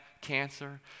cancer